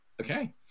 Okay